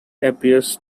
appears